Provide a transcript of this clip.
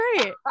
great